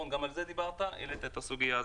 גם על זה דיברת והעלית את הסוגיה הזאת.